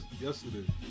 yesterday